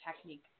technique